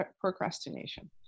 procrastination